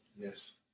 Yes